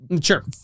Sure